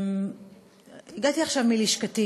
הגעתי עכשיו מלשכתי